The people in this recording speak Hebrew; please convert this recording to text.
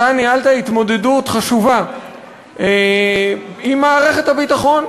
ניהלת התמודדות חשובה עם מערכת הביטחון,